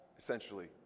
Essentially